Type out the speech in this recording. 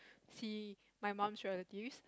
see my mum's relatives